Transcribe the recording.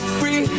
free